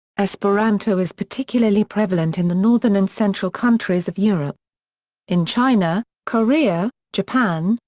esperanto is particularly prevalent in the northern and central countries of europe in china, korea, japan,